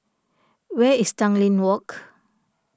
where is Tanglin Walk